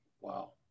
Wow